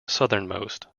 southernmost